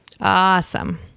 Awesome